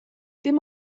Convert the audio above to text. dim